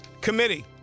Committee